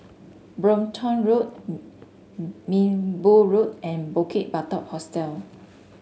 Brompton Road Minbu Road and Bukit Batok Hostel